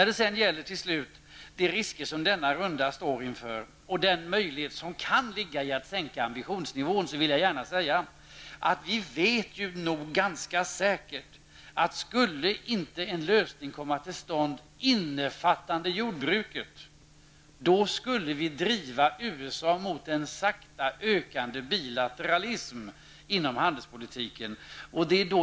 Slutligen: När det gäller de risker som denna runda står inför och den möjlighet som en sänkt ambitionsnivå kan erbjuda vill jag gärna säga att vi nog ganska säkert vet att vi, om en lösning innefattande jordbruket inte skulle komma stånd, skulle driva USA mot en långsamt ökande bilateralism inom handelspolitiken.